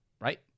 right